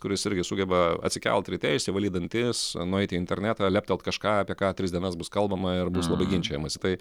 kuris irgi sugeba atsikelt ryte išsivalyt dantis nueit į internetą leptelt kažką apie ką tris dienas bus kalbama ir bus labai ginčijamasi tai